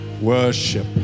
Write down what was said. Worship